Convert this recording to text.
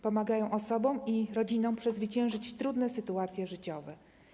Pomagają osobom i ich rodzinom przezwyciężyć trudne sytuacje życiowe.